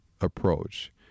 approach